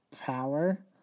power